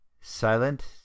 silent